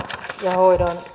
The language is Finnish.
ja hoidon